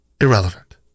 Irrelevant